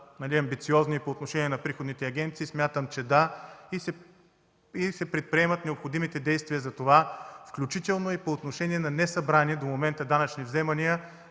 амбициозни по отношение на приходните агенции? Смятам, че да и се предприемат необходимите действия за това, включително и по отношение на несъбрани до момента данъчни вземания,